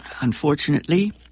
Unfortunately